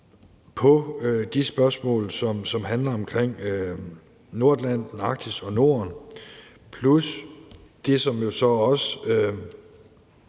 på de spørgsmål, som handler om Nordatlanten, Arktis og Norden, plus det, som jo også